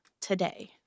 today